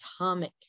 Atomic